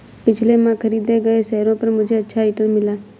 पिछले माह खरीदे गए शेयरों पर मुझे अच्छा रिटर्न मिला